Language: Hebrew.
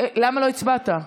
למה לא הצבעת?